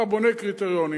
אתה בונה קריטריונים,